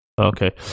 Okay